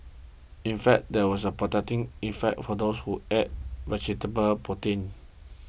in fact there was a protecting effect for those who ate vegetable protein